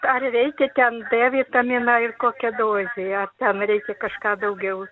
ar reikia ten d vitamino ir kokia dozė ar ten reikia kažką daugiau